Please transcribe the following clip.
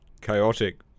chaotic